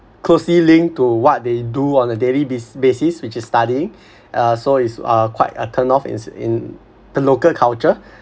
closely linked to what they do on a daily basis which is studying uh so is uh quite a turn off is in the local culture